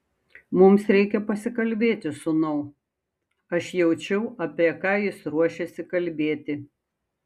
mums reikia pasikalbėti sūnau aš jaučiau apie ką jis ruošiasi kalbėti